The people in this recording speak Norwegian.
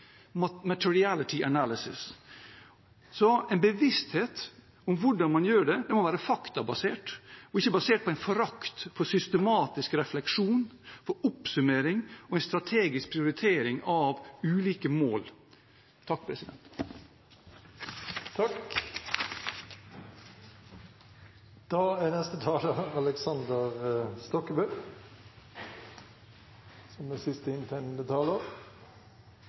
«materiality analysis». Så en bevissthet om hvordan man gjør det, må være faktabasert og ikke være basert på en forakt for systematisk refleksjon, for årlige oppsummeringer og en strategisk prioritering av ulike mål. Nå synes jeg det er representanten fra Miljøpartiet De Grønne som prøver å fortegne bildet. Da